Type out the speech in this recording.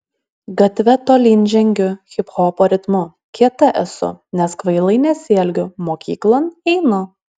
gatve tolyn žengiu hiphopo ritmu kieta esu nes kvailai nesielgiu mokyklon einu